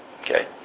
Okay